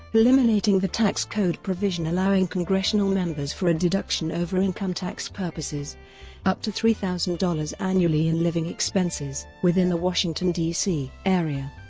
eliminating the tax code provision allowing congressional members for a deduction over income tax purposes up to three thousand dollars annually in living expenses within the washington, d c. area.